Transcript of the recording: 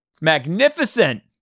Magnificent